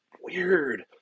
weird